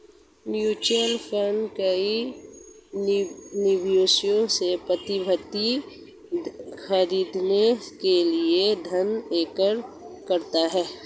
mutual fund कई निवेशकों से प्रतिभूतियां खरीदने के लिए धन एकत्र करता है